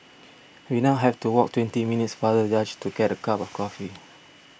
we now have to walk twenty minutes farther just to get a cup of coffee